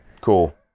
Cool